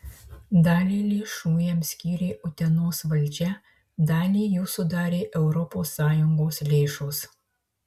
dalį lėšų jam skyrė utenos valdžia dalį jų sudarė europos sąjungos lėšos